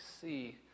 see